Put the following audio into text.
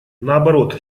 наоборот